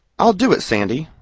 i'll do it, sandy.